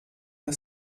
der